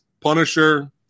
Punisher